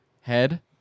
head